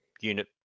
unit